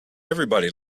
everybody